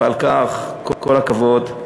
ועל כך: כל הכבוד.